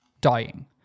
dying